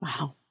Wow